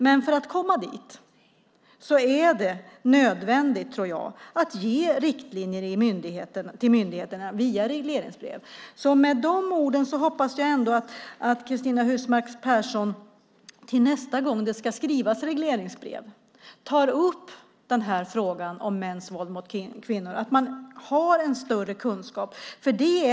Men för att vi ska komma dit tror jag att det är nödvändigt att ge riktlinjer till myndigheterna via regleringsbrev. Med de orden hoppas jag att Cristina Husmark Pehrsson till nästa gång det ska skrivas regleringsbrev tar upp frågan om mäns våld mot kvinnor och att man har större kunskap.